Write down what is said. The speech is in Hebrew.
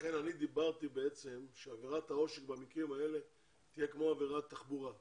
לכן אני אמרתי שעבירת העושק במקרים האלה תהיה כמו עבירת תחבורה.